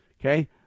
Okay